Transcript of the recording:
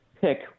pick